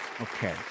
Okay